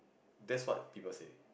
that's what people say